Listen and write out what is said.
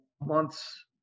months